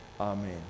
Amen